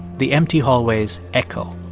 the empty hallways echo.